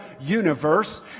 universe